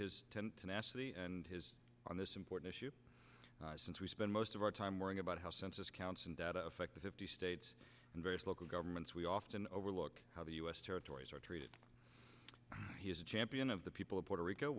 his and his on this important issue since we spend most of our time worrying about how census counts and that affect the fifty states and various local governments we often overlook how the u s territories are treated champion of the people of puerto rico